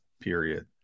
period